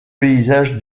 paysage